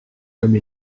comme